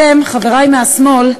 אתם, חברי מהשמאל,